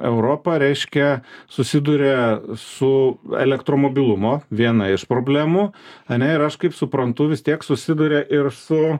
europa reiškia susiduria su elektromobilumo viena iš problemų ane ir aš kaip suprantu vis tiek susiduria ir su